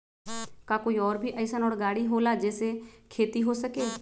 का कोई और भी अइसन और गाड़ी होला जे से खेती हो सके?